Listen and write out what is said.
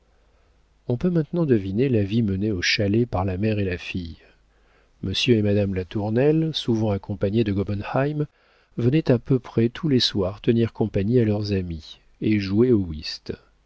on peut maintenant deviner la vie menée au chalet par la mère et la fille monsieur et madame latournelle souvent accompagnés de gobenheim venaient à peu près tous les soirs tenir compagnie à leurs amis et jouaient au whist